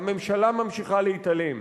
והממשלה ממשיכה להתעלם.